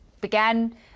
began